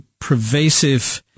pervasive